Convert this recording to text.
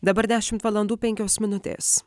dabar dešimt valandų penkios minutės